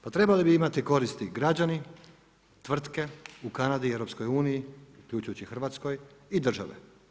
Pa trebali bi imati koristi građani, tvrtke, u Kanadi i EU, uključujući i u Hrvatskoj i države.